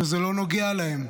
שזה לא נוגע להם,